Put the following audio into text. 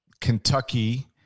Kentucky